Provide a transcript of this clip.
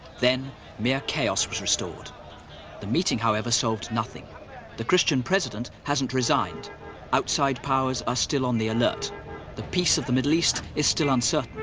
then mere chaos was restored the meeting however solved nothing the christian president hasn't resigned outside powers are still on the alert the peace of the middle east is still uncertain